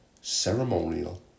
ceremonial